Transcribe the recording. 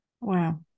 Wow